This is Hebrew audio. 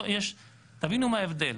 תבינו מה ההבדל,